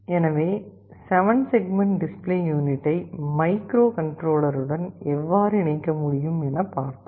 எனவே 7 segment display யூனிட்டை மைக்ரோகண்ட்ரோலருடன் எவ்வாறு இணைக்க முடியும் என பார்த்தோம்